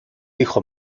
hijo